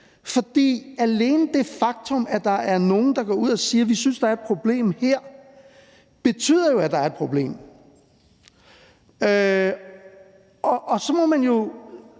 for alene det faktum, at der er nogle, der går ud og siger, at de synes, der er et problem her, betyder jo, at der er et problem. Så må man jo